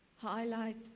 highlight